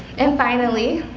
and finally,